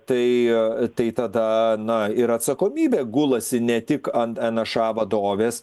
tai tai tada na ir atsakomybė gulasi ne tik ant en a ša vadovės